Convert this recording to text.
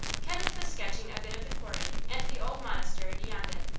kenneth was sketching a bit of the quarry and the old monastery beyond it,